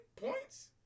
points